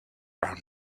round